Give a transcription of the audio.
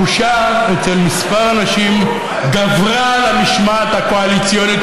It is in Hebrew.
הבושה אצל כמה אנשים גברה על המשמעת הקואליציונית